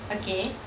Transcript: okay